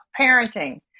parenting